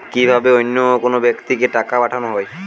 কি ভাবে অন্য কোনো ব্যাক্তিকে টাকা পাঠানো হয়?